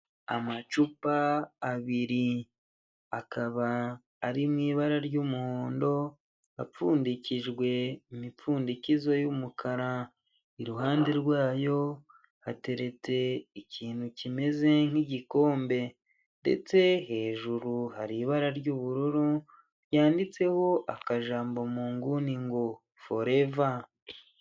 Amacupa abiri akaba ari mu ibara ry'umuhondo, apfundikijwe imipfundikizo y'umukara, iruhande rwayo hateretse ikintu kimeze nk'igikombe ndetse hejuru hari ibara ry'ubururu, ryanditseho akajambo mu nguni ngo Forever.